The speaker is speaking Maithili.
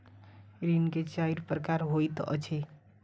ऋण के चाइर प्रकार होइत अछि